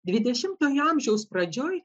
dvidešimtojo amžiaus pradžioj